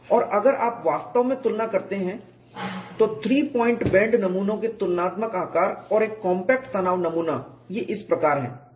और अगर आप वास्तव में तुलना करते हैं तो थ्री पॉइंट बेंड नमूनों के तुलनात्मक आकार और एक कॉम्पैक्ट तनाव नमूना ये इस प्रकार हैं